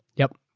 yup.